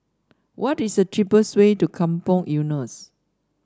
what is the cheapest way to Kampong Eunos